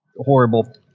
horrible